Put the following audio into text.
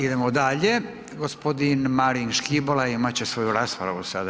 Idemo dalje, gospodin Marin Škibola imat će svoju raspravu sada.